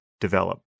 develop